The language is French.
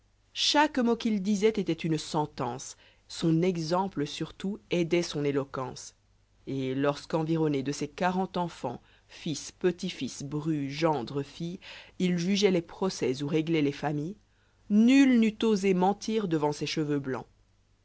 chaque mot qu'il disoit étoit une sentence son exemple surtout aidoitsôn éloquence et lorsque environné de ses quarante enfants fils petits-fils brus gendres filles il jugeoit les procès ou régloit bs familles r nul n'eût osé mentir devant ses cheveux blancs